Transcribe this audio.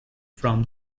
from